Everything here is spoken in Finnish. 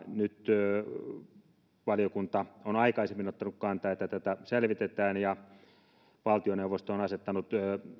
nyt valiokunta on aikaisemmin ottanut kantaa että tätä selvitetään ja valtioneuvosto on asettanut